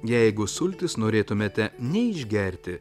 jeigu sultis norėtumėte ne išgerti